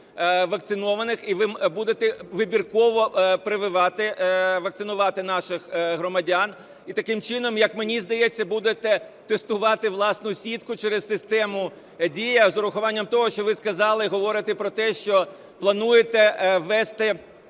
вакцинованих, і ви будете вибірково прививати, вакцинувати наших громадян, і таким чином, як мені здається, будете тестувати власну сітку через систему Дія з урахуванням того, що сказали і говорите про те, що плануєте ввести